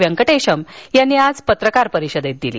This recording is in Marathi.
वेंकटेशम् यांनी आज पत्रकार परिषदेत दिली